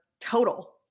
total